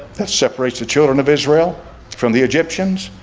that separates the children of israel from the egyptians.